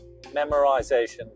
memorization